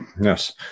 Yes